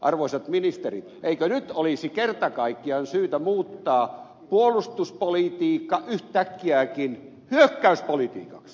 arvoisat ministerit eikö nyt olisi kerta kaikkiaan syytä muuttaa puolustuspolitiikka yhtäkkiäkin hyökkäyspolitiikaksi